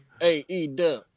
AEW